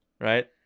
right